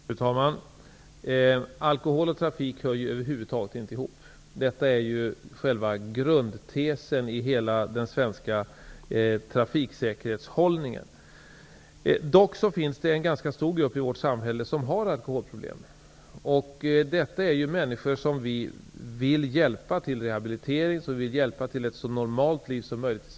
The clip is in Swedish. Fru talman! Alkohol och trafik hör över huvud taget inte ihop. Detta är själva grundtesen i hela den svenska trafiksäkerhetshållningen. Det finns dock en ganska stor grupp människor i vårt samhälle som har alkoholproblem. Dessa människor vill vi hjälpa till rehabilitering och till ett i samhället så normalt liv som möjligt.